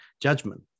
judgment